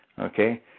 Okay